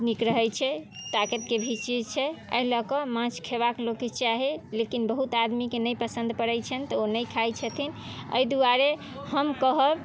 नीक रहै छै ताकतके भी चीज छै एहि लऽ कऽ माछ खेबाके लोकके चाही लेकिन बहुत आदमीके नहि पसन्द पड़ै छनि तऽ ओ नहि खाइ छथिन एहि दुआरे हम कहब